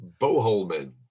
Boholmen